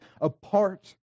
apart